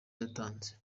yatanze